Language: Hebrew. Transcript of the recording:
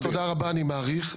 תודה רבה, אני מעריך.